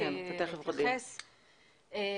גם